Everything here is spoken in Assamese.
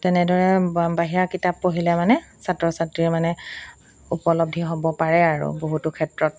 তেনেদৰে বাহিৰা কিতাপ পঢ়িলে মানে ছাত্ৰ ছাত্ৰীয়ে মানে উপলব্ধি হ'ব পাৰে আৰু বহুতো ক্ষেত্ৰত